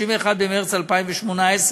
31 במרס 2018,